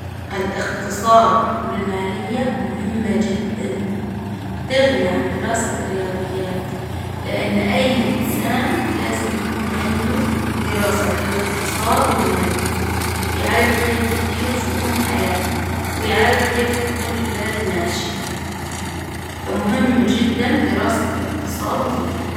الإقتصاد والمالية مهمة جدا، تغني عن دراسة الرياظيات، لإن أي إنسان لازم يكون عنده دراسة للإقتصاد والمالية، يعرف كيف يدير شؤون حياته، ويعرف كيف تكون البلد ماشية، فمهم جدا دراسة الإقتصاد والمالية.